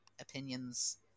opinions